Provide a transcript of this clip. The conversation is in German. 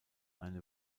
eine